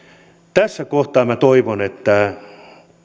tässä kohtaa minä toivon että